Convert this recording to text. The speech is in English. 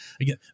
again